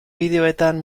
bideoetan